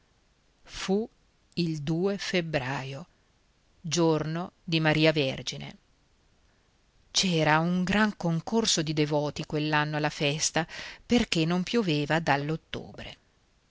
fu il due febbraio giorno di maria vergine c'era un gran concorso di devoti quell'anno alla festa perché non pioveva